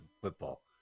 football